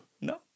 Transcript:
no